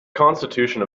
constitution